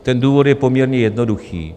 Ten důvod je poměrně jednoduchý.